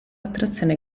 attrazione